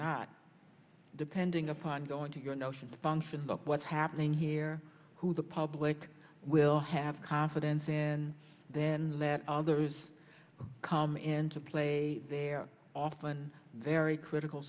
not depending upon going to your notion function look what's happening here who the public will have confidence in then that others come into play they're often very critical